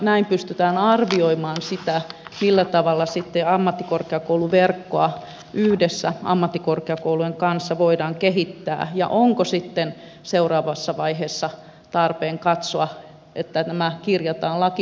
näin pystytään arvioimaan sitä millä tavalla sitten ammattikorkeakouluverkkoa yhdessä ammattikorkeakoulujen kanssa voidaan kehittää ja onko sitten seuraavassa vaiheessa tarpeen katsoa että nämä kirjataan lakiin